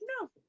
no